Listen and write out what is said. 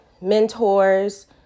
mentors